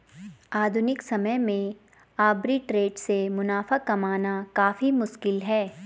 आधुनिक समय में आर्बिट्रेट से मुनाफा कमाना काफी मुश्किल है